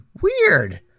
weird